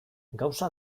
gauza